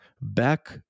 back